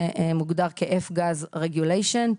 זה מוגדר כ-F-Gas regulation .